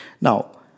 Now